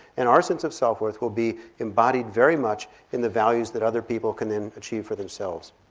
and our sense of self-worth will be embodied very much in the values that other people can then achieve for themselves.